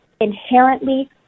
inherently